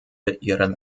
ihren